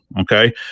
Okay